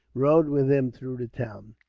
rode with him through the town.